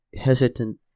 hesitant